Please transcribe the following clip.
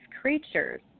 creatures